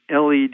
LED